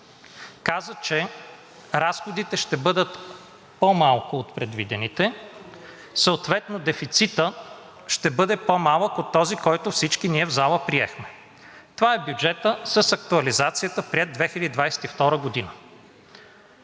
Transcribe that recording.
Каза, че разходите ще бъдат по-малко от предвидените – съответно дефицитът ще бъде по-малък от този, който всички ние в залата приехме. Това е бюджетът с актуализацията, приет 2022 г.